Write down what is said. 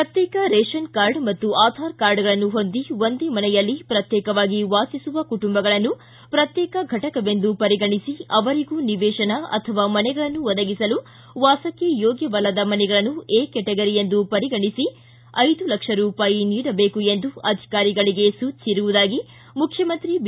ಪ್ರತ್ನೇಕ ration card ಮತ್ತು ಆಧಾರ್ ಕಾರ್ಡ್ಗಳನ್ನು ಹೊಂದಿ ಒಂದೇ ಮನೆಯಲ್ಲಿ ಪ್ರತ್ನೇಕವಾಗಿ ವಾಸಿಸುವ ಕುಟುಂಬಗಳನ್ನು ಪ್ರತ್ನೇಕ ಫಟಕವೆಂದು ಪರಿಗಣಿಸಿ ಅವರಿಗೂ ನಿವೇಶನ ಅಥವಾ ಮನೆಗಳನ್ನು ಒದಗಿಸಲು ವಾಸಕ್ಕೆ ಯೋಗ್ಯವಲ್ಲದ ಮನೆಗಳನ್ನು ಎ ಕೆಟಗರಿ ಎಂದು ಪರಿಗಣಿಸಿ ಐದು ಲಕ್ಷ ರೂಪಾಯಿ ನೀಡಬೇಕು ಎಂದು ಅಧಿಕಾರಿಗಳಿಗೆ ಸೂಚಿಸಿರುವುದಾಗಿ ಮುಖ್ಯಮಂತ್ರಿ ಬಿ